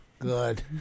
Good